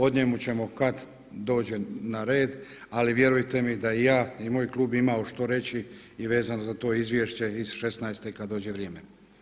O njemu ćemo kad dođe na red, ali vjerujte mi da i ja i moj klub imao što reći i vezano za to izvješće iz šesnaeste kad dođe vrijeme.